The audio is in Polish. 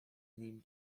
nim